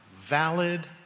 valid